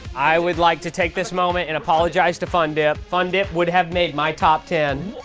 i would like to take this moment and apologize to fun dip. fun dip would have made my top ten.